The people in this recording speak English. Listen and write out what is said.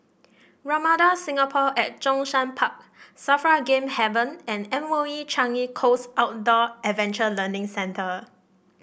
Ramada Singapore at Zhongshan Park Safra Game Haven and M O E Changi Coast Outdoor Adventure Learning Centre